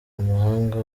umuhanga